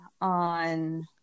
on